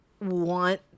want